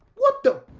what the